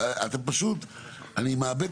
כאן, פתאום, בשלב הביצוע